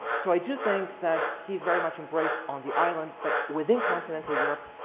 so i do think that he's very much embraced on the island, but within continental europe,